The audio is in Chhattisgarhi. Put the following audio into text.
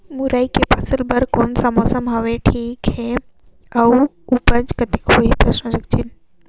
मुरई के फसल बर कोन सा मौसम हवे ठीक हे अउर ऊपज कतेक होही?